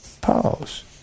Pause